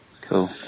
Cool